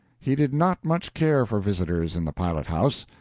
he did not much care for visitors in the pilothouse.